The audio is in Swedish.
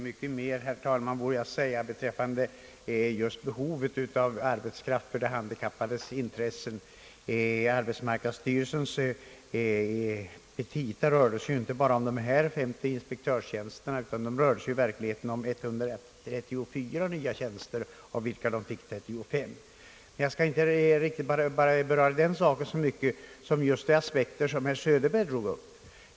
Herr talman! Mycket mer vore att säga om behovet av arbetskraft inom arbetsvården för de handikappades intressen. I arbetsmarknadsstyrelsens petita rör det sig inte bara om dessa 50 inspektörstjänster utan det rör sig i verkligheten om 134 nya tjänster, av vilka styrelsen fick 35. Jag skall dock inte beröra den saken så mycket som just de aspekter som herr Söderberg drog upp.